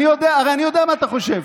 אני הרי יודע מה אתה חושב.